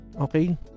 Okay